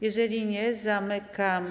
Jeżeli nikt, zamykam.